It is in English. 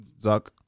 Zuck